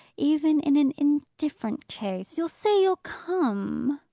even in an indifferent case. you'll say you'll come?